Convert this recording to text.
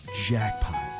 Jackpot